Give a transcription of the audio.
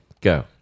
Go